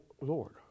Lord